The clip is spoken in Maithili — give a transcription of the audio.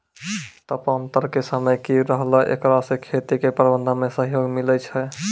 तापान्तर के समय की रहतै एकरा से खेती के प्रबंधन मे सहयोग मिलैय छैय?